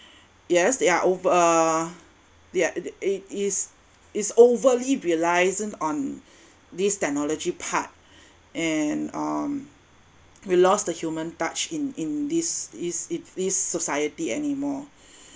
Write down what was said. yes they are over there it is is overly reliant on this technology part and um we lost the human touch in in this is it this society anymore